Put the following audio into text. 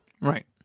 Right